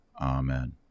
Amen